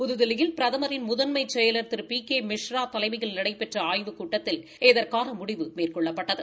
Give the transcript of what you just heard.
புதுதில்லியில் பிரதமின் முதன்மை செயலர் திரு பி கே மிஸ்ரா தலைமையில் நடைபெற்ற ஆய்வுக் கூட்டத்தில் இதற்கான முடிவு மேற்கொள்ளப்பட்டது